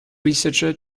researcher